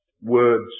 words